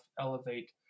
elevate